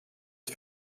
für